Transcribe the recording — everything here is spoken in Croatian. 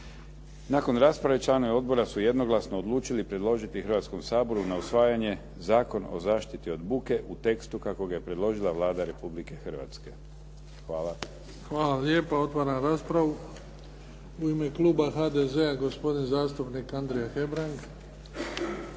Nakon rasprave članovi odbora su jednoglasno odlučili predložiti Hrvatskom saboru na usvajanje Zakon o zaštiti od buke u tekstu kako ga je predložila Vlada Republike Hrvatske. Hvala. **Bebić, Luka (HDZ)** Hvala lijepa. Otvaram raspravu. U ime kluba HDZ-a, gospodin zastupnik Andrija Hebrang.